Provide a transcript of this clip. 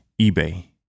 eBay